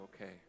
okay